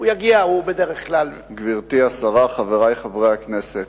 תודה לך, גברתי השרה, חברי הכנסת,